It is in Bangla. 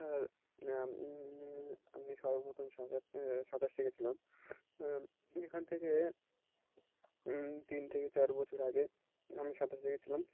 আর আমি সর্বপ্রথম সাঁতার সাঁতার শিখেছিলাম এখান থেকে তিন থেকে চার বছর আগে আমি সাঁতার শিখেছিলাম